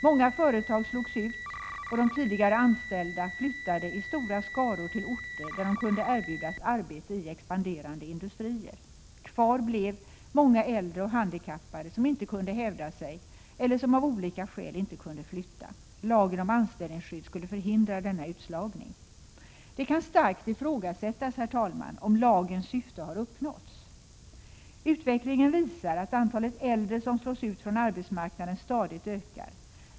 Många företag slogs ut och de tidigare anställda flyttade i stora skaror till orter där de kunde erbjudas arbete i expanderande industrier. Kvar blev många äldre och handikappade, som inte kunde hävda sig eller som av olika skäl inte kunde flytta. Lagen om anställningsskydd skulle förhindra denna utslagning. Det kan starkt ifrågasättas om lagens syfte har uppnåtts. Utvecklingen visar att antalet äldre som slås ut från arbetsmarknaden stadigt ökar.